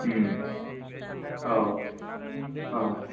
उम औ औ